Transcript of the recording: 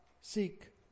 seek